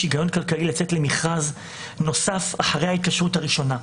היגיון כלכלי לצאת למכרז נוסף אחרי ההתקשרות הראשונה.